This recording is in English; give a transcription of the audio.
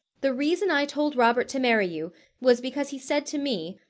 the reason i told robert to marry you was because he said to me,